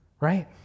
right